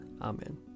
Amen